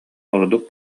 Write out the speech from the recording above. ордук